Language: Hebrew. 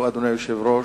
אדוני היושב-ראש,